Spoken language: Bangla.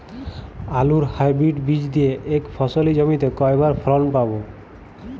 আলুর হাইব্রিড বীজ দিয়ে এক ফসলী জমিতে কয়বার ফলন পাব?